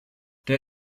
der